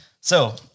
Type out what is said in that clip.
So-